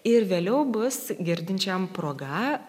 ir vėliau bus girdinčiam proga